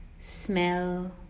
smell